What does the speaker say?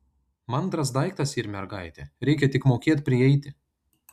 mandras daiktas yr mergaitė reikia tik mokėt prieiti